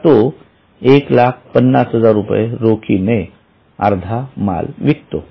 आता तो १५०००० रोखीने अर्धा माल विकतो